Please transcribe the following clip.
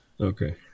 Okay